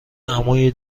عمویی